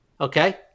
Okay